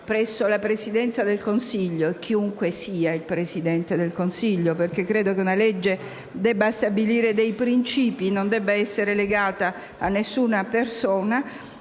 presso la Presidenza del Consiglio, chiunque sia il Presidente del Consiglio, perché credo che una legge debba stabilire dei principi e non debba essere legata ad alcuna persona.